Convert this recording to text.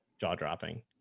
jaw-dropping